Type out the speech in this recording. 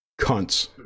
Cunts